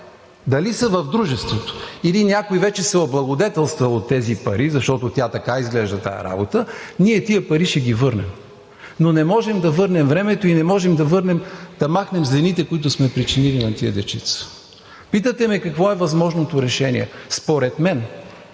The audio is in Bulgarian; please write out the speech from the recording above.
Дали са в дружеството, или някой вече се е облагодетелствал от тези пари, защото тя така изглежда тази работа, ние тези пари ще ги върнем, но не можем да върнем времето и не можем да махнем злините, които сме причинили на тези дечица. Питате ме какво е възможното решение? Ще